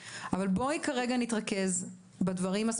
ואנחנו ניפגש במהלך החודש הקרוב ולאחריו,